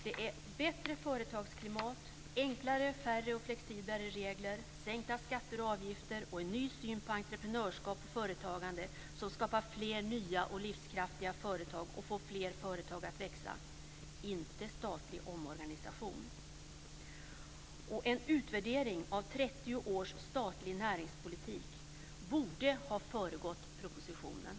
Det är bättre företagsklimat, enklare, färre och flexiblare regler, sänkta skatter och avgifter och en ny syn på entreprenörskap och företagande som skapar fler nya och livskraftiga företag och får fler företag att växa, inte statlig omorganisation. En utvärdering av 30 års statlig näringspolitik borde ha föregått propositionen.